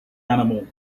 animal